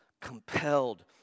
compelled